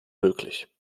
möglich